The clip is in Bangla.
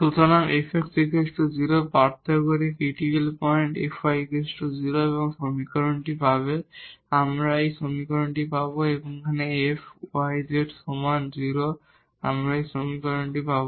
সুতরাং Fx 0 পার্থক্য করে ক্রিটিকাল পয়েন্ট Fy 0 এই সমীকরণটি পাবে আমরা এই সমীকরণটি পাব এবং F y z সমান 0 আমরা এই সমীকরণটি পাব